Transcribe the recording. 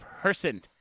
person